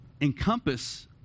encompass